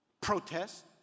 Protest